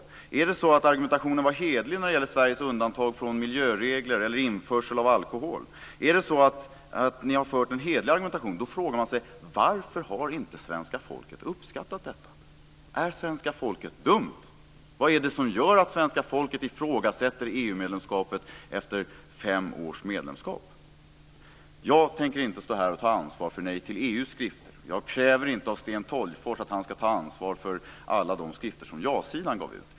Var argumentationen hederlig när det gäller Sveriges undantag från miljöregler eller införsel av alkohol? Om ni har fört en hederlig argumentation, då kan man fråga: Varför har svenska folket inte uppskattat detta? Är människorna dumma? Vad är det som gör att svenska folket ifrågasätter EU Jag tänker inte stå här och ta ansvar för Nej till EU:s skrifter. Jag kräver inte av Sten Tolgfors att han ska ta ansvar för alla de skrifter som ja-sidan gav ut.